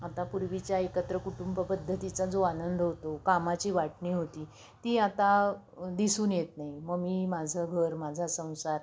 आता पूर्वीच्या एकत्र कुटुंब पद्धतीचा जो आनंद होतो कामाची वाटणी होती ती आता दिसून येत नाही मग मी माझं घर माझा संसार